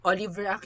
Oliver